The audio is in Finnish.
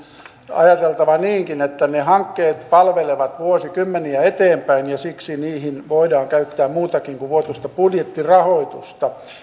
ajateltava niinkin että ne hankkeet palvelevat vuosikymmeniä eteenpäin ja siksi niihin voidaan käyttää muutakin kuin vuotuista budjettirahoitusta